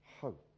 hope